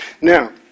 Now